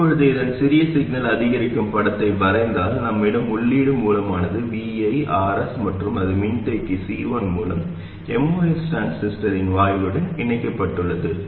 இப்போது இதன் சிறிய சிக்னல் அதிகரிக்கும் படத்தை வரைந்தால் நம்மிடம் உள்ளீடு மூலமான Vi Rs மற்றும் அது மின்தேக்கி C1 மூலம் MOS டிரான்சிஸ்டரின் வாயிலுடன் இணைக்கப்பட்டுள்ளது